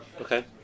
okay